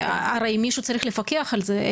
הרי מישהו צריך לפקח על זה.